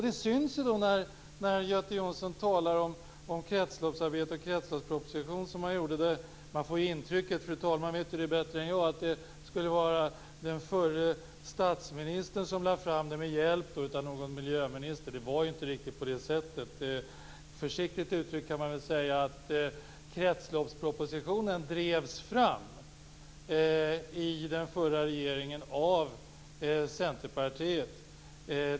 Det syns när Göte Jonsson talar om kretsloppsarbetet och kretsloppspropositionen. Man får det intrycket - fru talman vet ju det bättre än jag - att det skulle ha varit den förra statsministern som lade fram detta med hjälp av någon miljöminister. Det var inte riktigt på det sättet. Försiktigt uttryckt kan man väl säga att kretsloppspropositionen drevs fram i den förra regeringen av Centerpartiet.